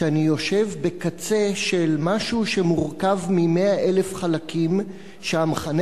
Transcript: שאני יושב בקצה של משהו שמורכב מ-100,000 חלקים שהמכנה